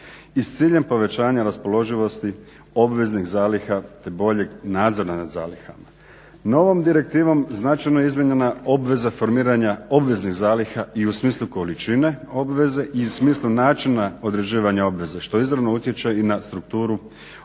i s ciljem povećanja raspoloživosti obveznih zaliha te boljeg nadzora nad zalihama. Novom direktivom značajno je izmijenjena obveza formiranja obveznih zaliha i u smislu količine obveze i u smislu načina određivanja obveze što izravno utječe i na strukturu obveznih